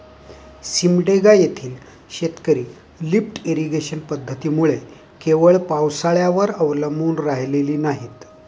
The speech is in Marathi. सिमडेगा येथील शेतकरी लिफ्ट इरिगेशन पद्धतीमुळे केवळ पावसाळ्यावर अवलंबून राहिलेली नाहीत